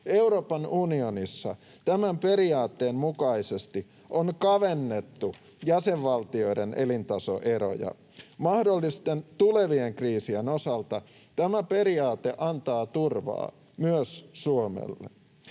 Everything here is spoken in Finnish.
Euroopan unionissa tämän periaatteen mukaisesti on kavennettu jäsenvaltioiden elintasoeroja. Mahdollisten tulevien kriisien osalta tämä periaate antaa turvaa myös Suomelle.